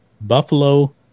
Buffalo